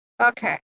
Okay